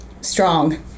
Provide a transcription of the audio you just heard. strong